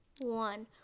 one